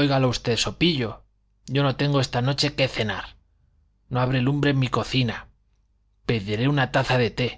óigalo usted so pillo yo no tengo esta noche qué cenar no habrá lumbre en mi cocina pediré una taza de té